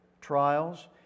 trials